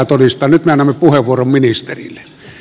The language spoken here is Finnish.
nyt me annamme puheenvuoron ministerille